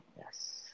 yes